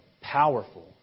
powerful